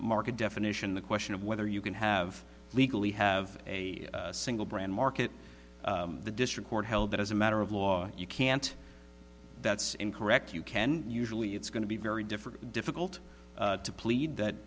market definition the question of whether you can have legally have a single brand market the district court held that as a matter of law you can't that's incorrect you can usually it's going to be very different difficult to plead that